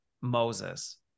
moses